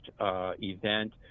event